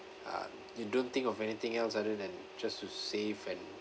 uh you don't think of anything else other than just to save and